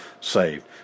saved